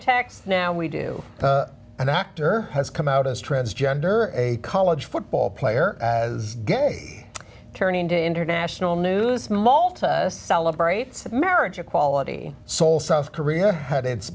text now we do and actor has come out as transgender a college football player as gay turning to international news small to celebrate marriage equality seoul south korea